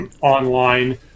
online